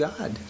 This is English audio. God